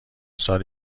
سال